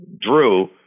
Drew